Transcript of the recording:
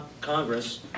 Congress